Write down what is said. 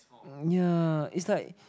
um yeah it's like